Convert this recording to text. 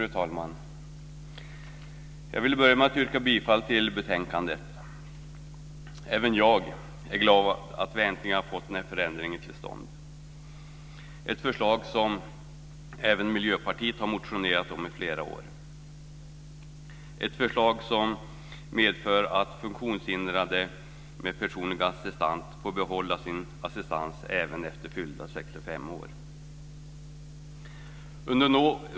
Fru talman! Jag vill börja med att yrka bifall till hemställan i betänkandet. Även jag är glad att vi äntligen har fått den här förändringen till stånd. Det är ett förslag som Miljöpartiet har motionerat om i flera år, ett förslag som medför att funktionshindrade med personlig assistans får behålla sin assistans även efter fyllda 65 år.